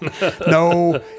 no